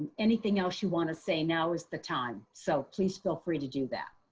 anything else you want to say, now is the time. so, please feel free to do that.